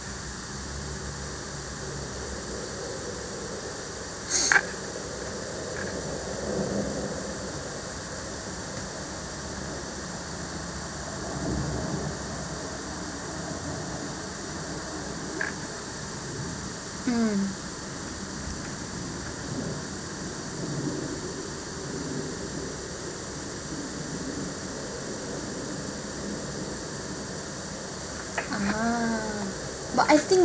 mm uh but I think